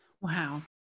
Wow